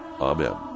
Amen